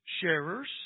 sharers